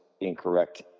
incorrect